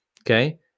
Okay